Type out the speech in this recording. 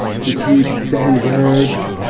he keeps saying words,